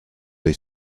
dei